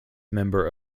member